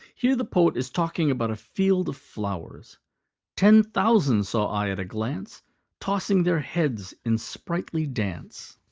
here the poet is talking about a field of flowers ten thousand saw i at a glance tossing their heads in sprightly dance.